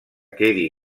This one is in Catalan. quedi